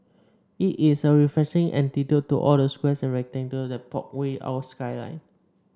it is a refreshing antidote to all the squares and rectangles that pock we our skyline